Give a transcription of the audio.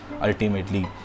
ultimately